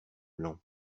blanc